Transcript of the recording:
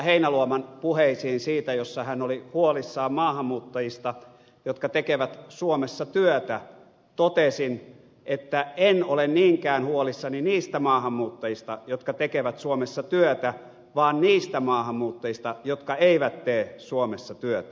heinäluoman puheisiin joissa hän oli huolissaan maahanmuuttajista jotka tekevät suomessa työtä totesin että en ole niinkään huolissani niistä maahanmuuttajista jotka tekevät suomessa työtä vaan niistä maahanmuuttajista jotka eivät tee suomessa työtä